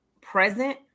present